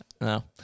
No